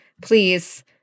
please